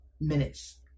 minutes